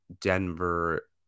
Denver